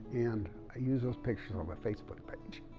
and i use those pictures on my facebook page.